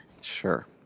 Sure